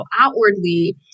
outwardly